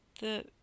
The—